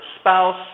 spouse